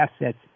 assets